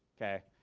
okay.